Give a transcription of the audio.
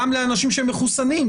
גם לאנשים שמחוסנים,